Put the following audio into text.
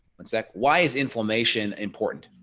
what's that. why is inflammation important.